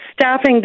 staffing